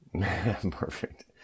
Perfect